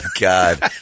god